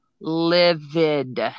livid